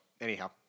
anyhow